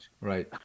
Right